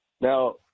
Now